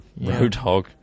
Roadhog